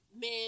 men